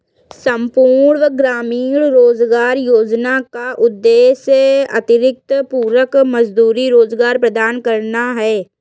संपूर्ण ग्रामीण रोजगार योजना का उद्देश्य अतिरिक्त पूरक मजदूरी रोजगार प्रदान करना है